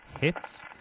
hits